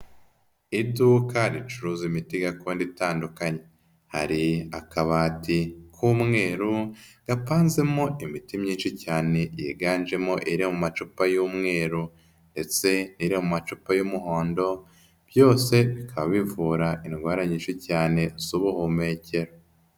Iduka ricuruza imiti gakondo itandukanye, hari akabati k'umweru gapanzemo imiti myinshi cyane yiganjemo iri mu macupa y'umweru ndetse n'iri mu macupa y'umuhondo, byose bikaba bivura indwara nyinshi cyane z'ubuhumekero.